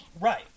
Right